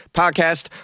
podcast